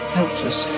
helpless